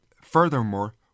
Furthermore